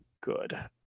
good